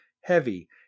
heavy